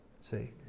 See